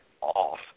off